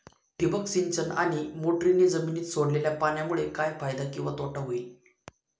ठिबक सिंचन आणि मोटरीने जमिनीत सोडलेल्या पाण्यामुळे काय फायदा किंवा तोटा होईल?